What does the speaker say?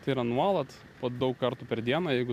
tai yra nuolat po daug kartų per dieną jeigu